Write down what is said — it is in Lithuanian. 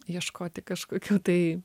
ieškoti kažkokių tai